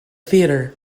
theater